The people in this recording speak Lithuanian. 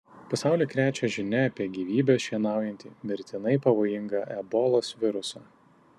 pasaulį krečia žinia apie gyvybes šienaujantį mirtinai pavojingą ebolos virusą